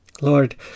Lord